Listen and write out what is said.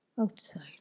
outside